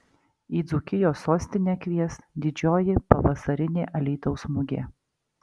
į dzūkijos sostinę kvies didžioji pavasarinė alytaus mugė